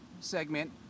segment